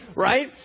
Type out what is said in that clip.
Right